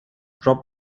drop